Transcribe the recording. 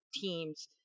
teams